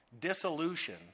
dissolution